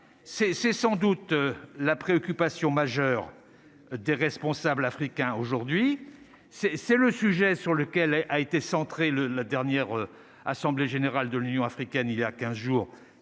c'est sans doute. La préoccupation majeure des responsables africains aujourd'hui c'est, c'est le sujet sur lequel elle a été centrée le la dernière assemblée générale de l'Union africaine, il y a 15 jours